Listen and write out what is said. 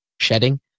shedding